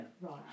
Right